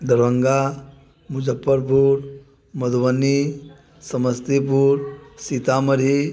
Darbhanga Muzaffarpur Madhubani Samastipur Sitamarhi